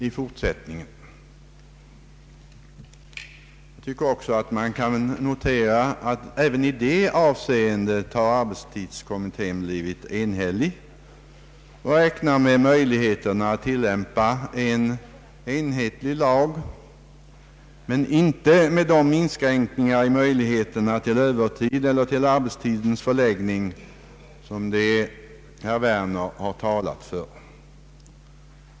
Man bör vidare notera att arbetstidskommittén även i detta avseende har varit enhällig och räknar med möjligheten att tillämpa en enhetlig lag men inte med de inskränkningar i möjligheterna till övertid eller till arbetstidens förläggning som herr Werner har talat för.